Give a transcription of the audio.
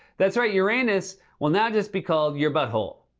that's right, uranus will now just be called your butthole.